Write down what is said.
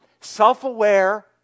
self-aware